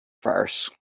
farce